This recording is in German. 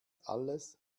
alles